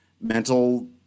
mental